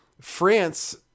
France